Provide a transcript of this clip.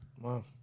Wow